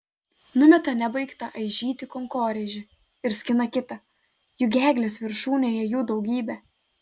numeta nebaigtą aižyti kankorėžį ir skina kitą juk eglės viršūnėje jų daugybė